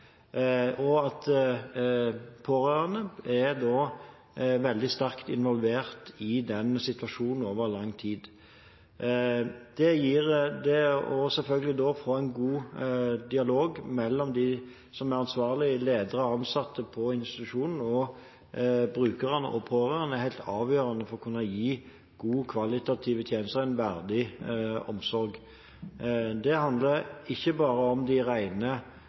Da er pårørende veldig sterkt involvert i situasjonen over lang tid. Det gjør at det å få en god dialog mellom de som er ansvarlige ledere og ansatte på institusjonen og brukerne og pårørende, er helt avgjørende for å kunne gi gode kvalitative tjenester og en verdig omsorg. Det handler ikke bare om de